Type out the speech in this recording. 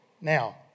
Now